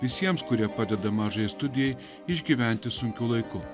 visiems kurie padeda mažajai studijai išgyventi sunkiu laiku